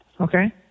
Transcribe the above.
Okay